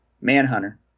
Manhunter